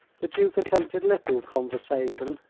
the duke attempted little conversation,